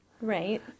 Right